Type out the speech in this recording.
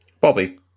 Bobby